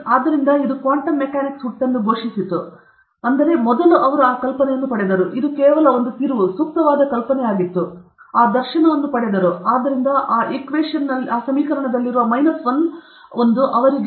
ಆದ್ದರಿಂದ ಇದು quantum mechanics ಹುಟ್ಟನ್ನು ಘೋಷಿಸಿತು ಆದರೆ ಮೊದಲು ಅವರು ಈ ಕಲ್ಪನೆಯನ್ನು ಪಡೆದರು ಇದು ಕೇವಲ ಒಂದು ತಿರುವು ಸೂಕ್ತವಾದ ಕಲ್ಪನೆಯಾಗಿತ್ತು ಅವರು ಕೇವಲ ಈ ಧರ್ಸಾನವನ್ನು ಪಡೆದರು ಓಹ್